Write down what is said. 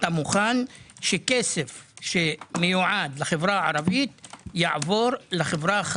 אתה מוכן שכסף שמיועד יעבור לחברה הערבית יעבור